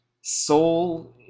Soul